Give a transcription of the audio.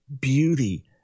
beauty